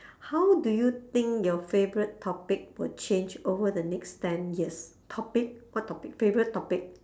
how do you think your favourite topic will change over the next ten years topic what topic favourite topic